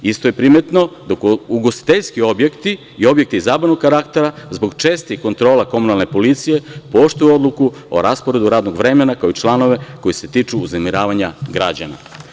Isto je primetno da ugostiteljski objekti i objekti zabavnog karaktera zbog čestih kontrola komunalne policije poštuju odluku o rasporedu radnog vremena, kao i članove koji se tiču uznemiravanja građana.